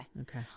Okay